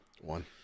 One